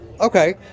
Okay